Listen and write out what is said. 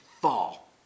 fall